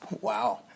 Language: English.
Wow